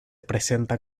presenta